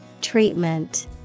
Treatment